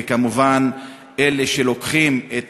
ואלה שלוקחים את